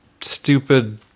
stupid